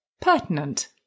pertinent